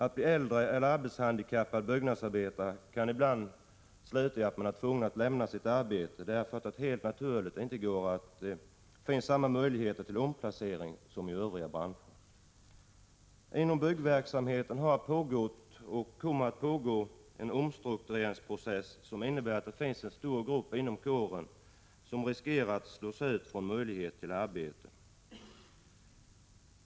Att bli äldre eller arbetshandikappad som byggnadsarbetare kan sluta med att man blir tvungen att lämna sitt arbete, därför att det helt naturligt inte finns samma möjlighet till omplacering som i övriga branscher. Inom byggverksamheten har pågått och pågår fortfarande en omstruktureringsprocess, vilket innebär att det finns en grupp inom kåren som riskerar att slås ut från möjligheten till arbete.